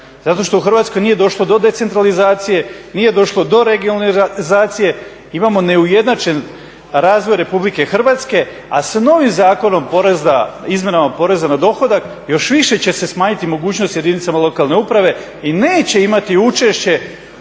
Zato što u Hrvatskoj nije došlo do decentralizacije, nije došlo do regionalizacije, imamo neujednačen razvoj RH, a s novim Zakonom izmjenama poreza na dohodak, još više će se smanjiti mogućnost jedinicama lokalne uprave i neće imati učešće